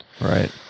Right